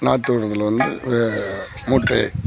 நாற்று விட்றதுல வந்து மூட்டைய